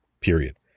Period